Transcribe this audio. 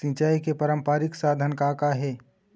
सिचाई के पारंपरिक साधन का का हे?